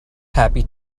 happy